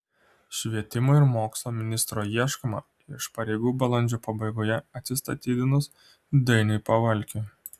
švietimo ir mokslo ministro ieškoma iš pareigų balandžio pabaigoje atsistatydinus dainiui pavalkiui